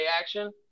action